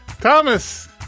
Thomas